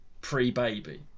pre-baby